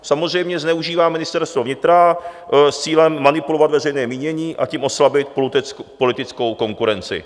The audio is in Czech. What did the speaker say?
Samozřejmě zneužívá Ministerstvo vnitra s cílem manipulovat veřejné mínění, a tím oslabit politickou konkurenci.